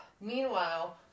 Meanwhile